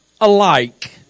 alike